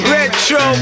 Retro